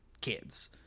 kids